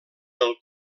del